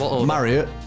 Marriott